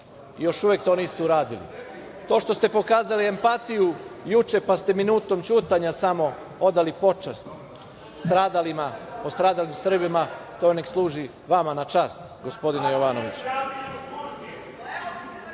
Još uvek to niste uradili. To što ste pokazali empatiju juče pa ste minutom ćutanja samo odali počast stradalim Srbima to nek služi vama na čast, gospodine